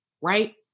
right